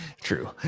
true